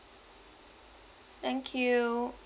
thank you